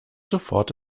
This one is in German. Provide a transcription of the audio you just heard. sofort